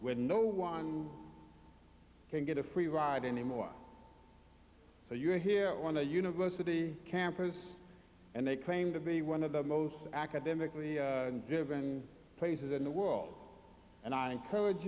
where no one can get a free ride anymore so you're here on a university campus and they claim to be one of the most academically driven places in the world and i encourage